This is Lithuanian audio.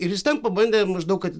ir jis ten pabandė maždaug kad